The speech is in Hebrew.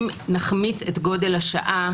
אם נחמיץ את גודל השעה